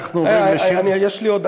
אנחנו עוברים, רגע, אני, יש לי עוד.